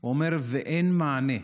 הוא אומר, ואין מענה.